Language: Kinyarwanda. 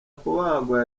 kubagwa